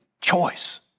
choice